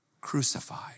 crucified